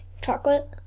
chocolate